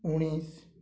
ଉଣେଇଶି